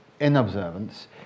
inobservance